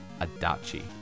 Adachi